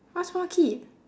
what small kid